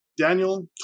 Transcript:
Daniel